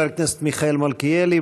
חבר הכנסת מיכאל מלכיאלי,